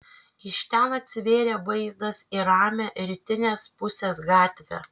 iš ten atsivėrė vaizdas į ramią rytinės pusės gatvę